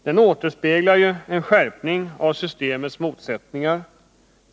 Den återspeglar en skärpning av systemets motsättningar.